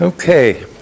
Okay